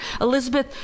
Elizabeth